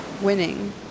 winning